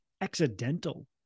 accidental